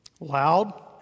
Loud